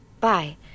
Bye